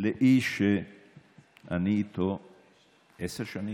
לאיש שאני איתו עשר שנים,